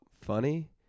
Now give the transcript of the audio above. funny